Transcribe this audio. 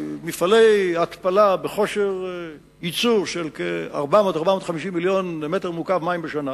מפעלי התפלה בכושר ייצור של 400 450 מיליון מטר מעוקב מים בשנה,